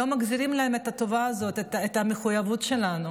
לא מחזירים להם את הטובה הזאת, את המחויבות שלנו,